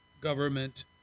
government